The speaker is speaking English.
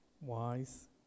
wise